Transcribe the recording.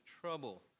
trouble